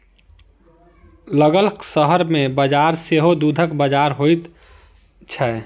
लगक शहर के बजार सेहो दूधक बजार होइत छै